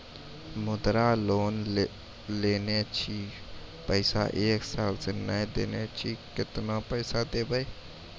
मुद्रा लोन लेने छी पैसा एक साल से ने देने छी केतना पैसा देब?